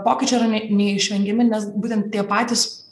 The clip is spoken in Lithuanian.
pokyčiai yra ne neišvengiami nes būtent tie patys